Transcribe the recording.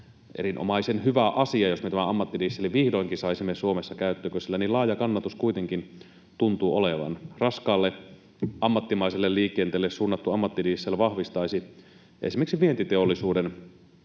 erinomaisen hyvä asia, jos me tämän ammattidieselin vihdoinkin saisimme Suomessa käyttöön, kun sillä niin laaja kannatus kuitenkin tuntuu olevan. Raskaalle, ammattimaiselle liikenteelle suunnattu ammattidiesel vahvistaisi esimerkiksi vientiteollisuuden